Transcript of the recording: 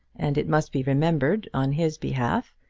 and it must be remembered, on his behalf,